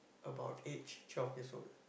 about age twelve years old